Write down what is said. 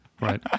right